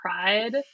pride